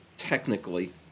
technically